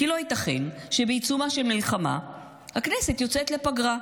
כי לא ייתכן שבעיצומה של מלחמה הכנסת יוצאת לפגרה.